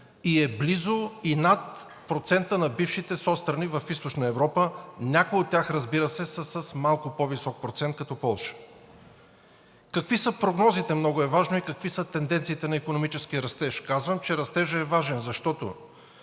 и е близо и над процента на бившите соцстрани в Източна Европа. Някои от тях, разбира се, са с малко по-висок процент, като Полша. Какви са прогнозите, много е важно, и какви са тенденциите на икономически растеж? Казвам, че растежът е важен, защото